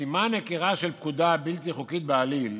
"סימן היכרה של פקודה 'בלתי חוקית בעליל'